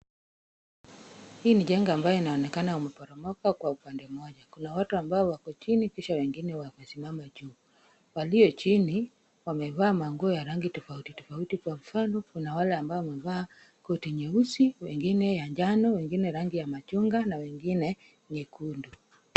Hii ni jengo ambayo inaonekana imeporomoka kwa upande mmoja. Kuna watu ambao wako chini kisha wengine wamesimama juu. Walio chini wamevaa manguo ya rangi tofauti tofauti kwa mfani kuna wale ambao wamevaa koti nyeusi, wengine ya njano, wengine rangi ya machungwa na wengine nyekundu.